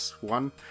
one